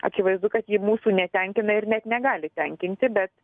akivaizdu kad ji mūsų netenkina ir net negali tenkinti bet